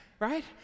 right